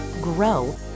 grow